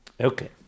Okay